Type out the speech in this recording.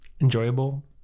enjoyable